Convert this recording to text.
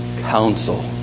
counsel